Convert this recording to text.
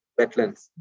wetlands